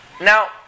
Now